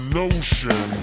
notion